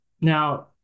Now